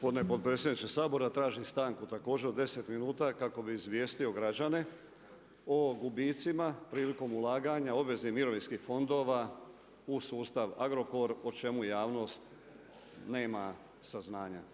Gospodine potpredsjedniče Sabora, tražim stanku također od 10 minuta kako bi izvijesto građane o gubicima prilikom ulaganja obveznih mirovinskih fondova u sustav Agrokor o čemu javnost nema saznanja.